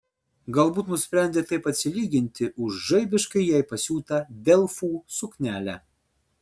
galbūt nusprendė taip atsilyginti už žaibiškai jai pasiūtą delfų suknelę